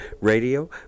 Radio